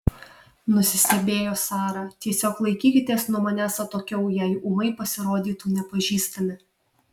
nusistebėjo sara tiesiog laikykitės nuo manęs atokiau jei ūmai pasirodytų nepažįstami